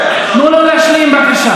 חבר הכנסת איימן עודה, תנו לו להשלים, בבקשה.